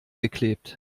geklebt